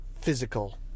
physical